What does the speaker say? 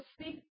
speak